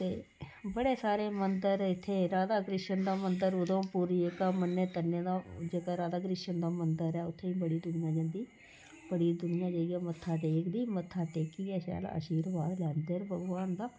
ते बड़े सारे मंदर इत्थें राधा कृष्ण दा मंदर उधमपुर जेह्का मन्ने तन्ने दा जेह्का राधा कृष्ण दा मंदर ऐ उत्थें बड़ी दुनिया जंदी बड़ी दुनिया जाइयै मत्था टेकदी मत्था टेकियै शैल आशीर्वाद लैंदे न भगवान दा